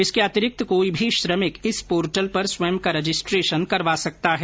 इसके अतिरिक्त कोई भी श्रमिक इस पोर्टल पर स्वयं का रजिस्ट्रेशन करवा सकता है